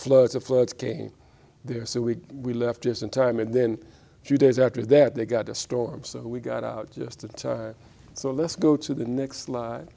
floods the floods came there so we we left just in time and then a few days after that they got a storm so we got out just a time so let's go to the next l